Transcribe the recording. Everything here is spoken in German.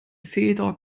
feder